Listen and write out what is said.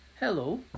hello